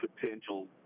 potential